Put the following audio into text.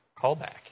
callback